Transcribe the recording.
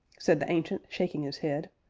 said the ancient, shaking his head,